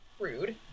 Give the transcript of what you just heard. Rude